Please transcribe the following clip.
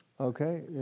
Okay